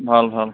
ভাল ভাল